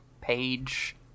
page